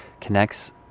connects